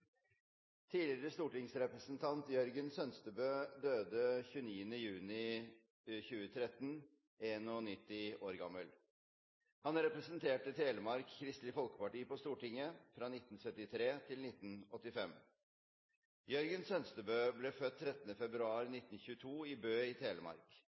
Tidligere stortingsrepresentant Jørgen Sønstebø døde 29. juni 2013 – 91 år gammel. Han representerte Telemark Kristelig Folkeparti på Stortinget fra 1973 til 1985. Jørgen Sønstebø ble født 13. februar 1922 i Bø i Telemark.